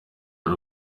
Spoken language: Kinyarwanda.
ari